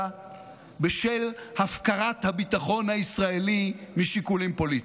בשל הפקרת הביטחון הישראלי משיקולים פוליטיים.